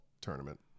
tournament